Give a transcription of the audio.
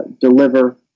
deliver